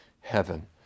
heaven